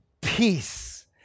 peace